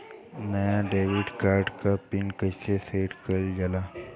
नया debit card क pin कईसे सेट कईल जाला?